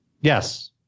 Yes